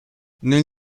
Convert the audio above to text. nel